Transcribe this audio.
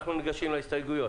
אנחנו נגשים להסתייגויות.